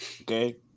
okay